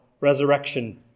resurrection